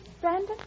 Brandon